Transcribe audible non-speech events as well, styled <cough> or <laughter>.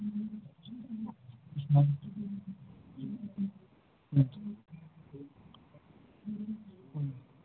<unintelligible>